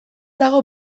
dago